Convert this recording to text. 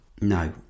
No